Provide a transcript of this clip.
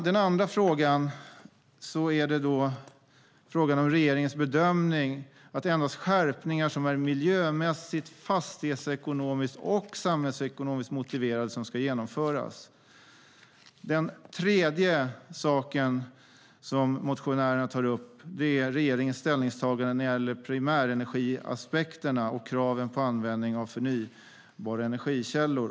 Den andra frågeställningen handlar om regeringens bedömning att endast skärpningar som är miljömässigt, fastighetsekonomiskt och samhällsekonomiskt motiverade ska genomföras. Den tredje frågeställning som motionärerna tar upp är regeringens ställningstagande när det gäller primärenergiaspekterna och kraven på användning av förnybara energikällor.